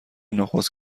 نخست